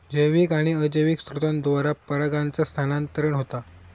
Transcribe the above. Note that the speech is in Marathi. जैविक आणि अजैविक स्त्रोतांद्वारा परागांचा स्थानांतरण होता